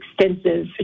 extensive